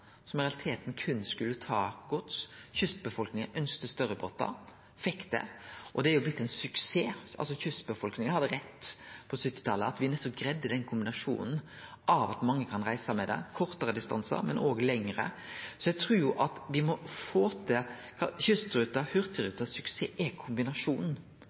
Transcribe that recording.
som i realiteten berre skulle ta gods. Kystbefolkninga ønskte større båtar, og fekk det, og det har jo blitt ein suksess. Kystbefolkninga hadde altså rett på 1970-talet; vi greidde nettopp kombinasjonen av at mange kan reise med dette på kortare distanser, men òg lengre. Suksessen til kystruta og hurtigruta er kombinasjonen av gods, som betyr så